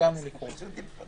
סיימנו לקרוא.